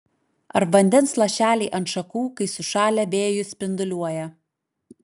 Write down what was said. ar vandens lašeliai ant šakų kai sušalę vėjuj spinduliuoja